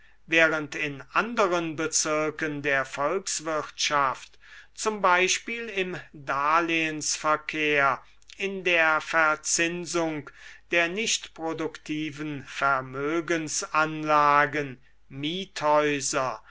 während in anderen bezirken der volkswirtschaft z b im darlehensverkehr in der verzinsung der nicht produktiven vermögensanlagen